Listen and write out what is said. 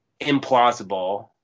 implausible